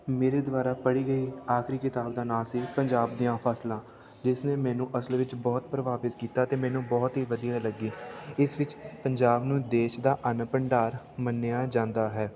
ਮੇਰੇ ਦੁਆਰਾ ਪੜ੍ਹੀ ਗਈ ਆਖਰੀ ਕਿਤਾਬ ਦਾ ਨਾਂ ਸੀ ਪੰਜਾਬ ਦੀਆਂ ਫਸਲਾਂ ਜਿਸਨੇ ਮੈਨੂੰ ਅਸਲ ਵਿੱਚ ਬਹੁਤ ਪ੍ਰਭਾਵਿਤ ਕੀਤਾ ਅਤੇ ਮੈਨੂੰ ਬਹੁਤ ਹੀ ਵਧੀਆ ਲੱਗੀ ਇਸ ਵਿੱਚ ਪੰਜਾਬ ਨੂੰ ਦੇਸ਼ ਦਾ ਅੰਨ ਭੰਡਾਰ ਮੰਨਿਆ ਜਾਂਦਾ ਹੈ